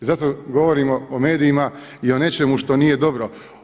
Zato govorimo o medijima i o nečemu što nije dobro.